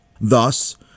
Thus